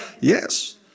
Yes